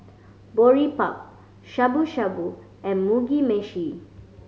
Boribap Shabu Shabu and Mugi Meshi